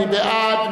מי בעד?